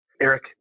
Eric